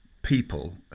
people